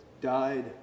died